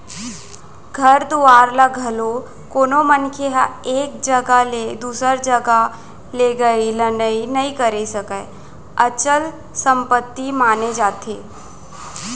घर दुवार ल घलोक कोनो मनखे ह एक जघा ले दूसर जघा लेगई लनई नइ करे सकय, अचल संपत्ति माने जाथे